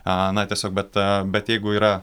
a na tiesiog a bet bet jeigu yra